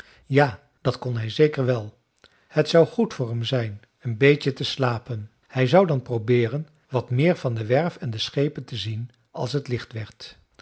ja dat kon hij zeker wel het zou goed voor hem zijn een beetje te slapen hij zou dan probeeren wat meer van de werf en de schepen te zien als het licht werd